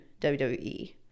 WWE